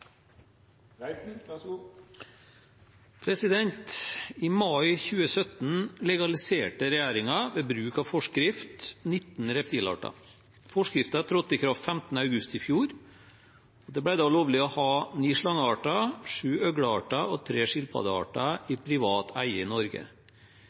I mai 2017 legaliserte regjeringen 19 reptilarter ved bruk av forskrift. Forskriften trådte i kraft 15. august i fjor. Det ble da lovlig å ha ni slangearter, sju øglearter og tre skilpaddearter i